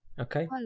Okay